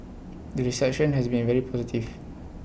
the reception has been very positive